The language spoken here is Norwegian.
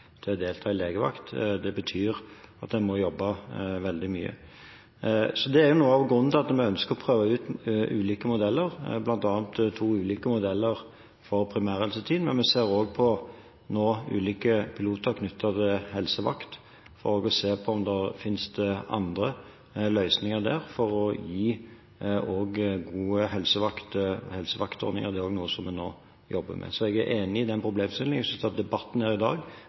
til å delta i legevakt betyr at en må jobbe veldig mye. Det er noe av grunnen til at vi ønsker å prøve ut ulike modeller, bl.a. to ulike modeller for primærhelseteam. Men vi ser også på ulike piloter knyttet til helsevakt, og vi ser på om det finnes andre løsninger for å gi gode helsevaktordninger. Det er noe vi nå jobber med. Jeg er enig i problemstillingen og synes debatten her i dag